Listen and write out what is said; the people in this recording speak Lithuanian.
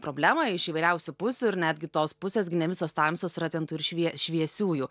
problemą iš įvairiausių pusių ir netgi tos pusės gi ne visos tamsios yra ten tų ir švie šviesiųjų